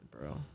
bro